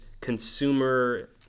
consumer